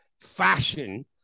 fashion